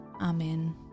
Amen